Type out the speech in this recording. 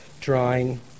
drawing